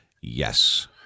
yes